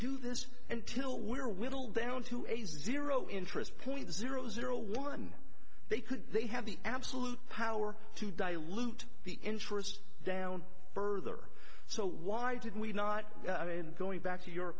do this until we're whittled down to a zero interest point zero zero one they could they have the absolute power to dilute the interest down further so why did we not i mean going back to your